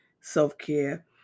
self-care